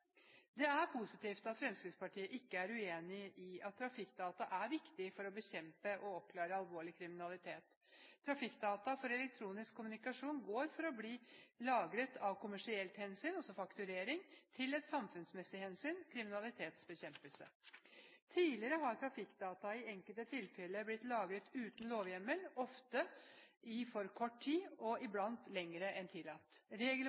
Det er positivt at Fremskrittspartiet ikke er uenig i at trafikkdata er viktig for å bekjempe og oppklare alvorlig kriminalitet. Trafikkdata fra elektronisk kommunikasjon går fra å bli lagret av et kommersielt hensyn – fakturering – til et samfunnsmessig hensyn – kriminalitetsbekjempelse. Tidligere har trafikkdata i enkelte tilfeller blitt lagret uten lovhjemmel, ofte i for kort tid og iblant lenger enn tillatt.